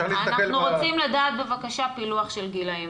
אנחנו רוצים לדעת בבקשה פילוח של גילאים,